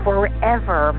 Forever